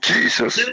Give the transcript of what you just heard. Jesus